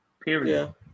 Period